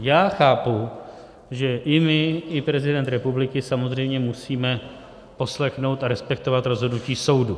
Já chápu, že i my i prezident republiky samozřejmě musíme poslechnout a respektovat rozhodnutí soudu.